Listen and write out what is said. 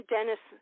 Dennis